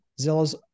Zillow's